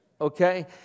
Okay